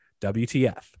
WTF